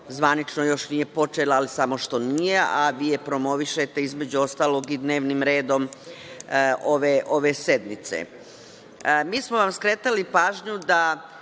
zvanično počela, ali samo što nije, a vi je promovišete, između ostalog, dnevnim redom ove sednice. Mi smo vam skretali pažnju da